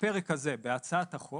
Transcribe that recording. הפרק הזה בהצעת החוק